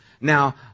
Now